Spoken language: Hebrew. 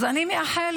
אז אני מאחלת